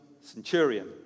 centurion